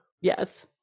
yes